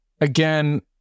again